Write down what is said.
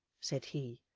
said he.